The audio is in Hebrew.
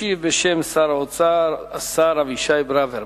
ישיב בשם שר האוצר השר אבישי ברוורמן.